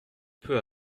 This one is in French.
peu